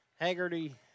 Haggerty